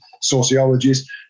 sociologists